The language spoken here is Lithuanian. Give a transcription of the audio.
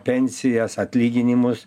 pensijas atlyginimus